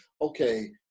okay